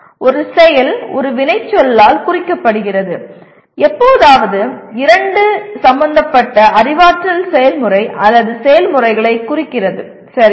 ஒரு செயல் ஒரு வினைச்சொல்லால் குறிக்கப்படுகிறது எப்போதாவது இரண்டு சம்பந்தப்பட்ட அறிவாற்றல் செயல்முறை அல்லது செயல்முறைகளை குறிக்கிறது சரியா